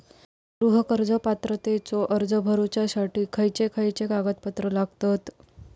गृह कर्ज पात्रतेचो अर्ज भरुच्यासाठी खयचे खयचे कागदपत्र लागतत?